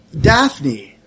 Daphne